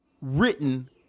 written